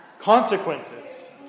Consequences